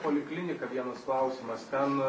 poliklinika vienas klausimas ten